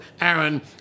Aaron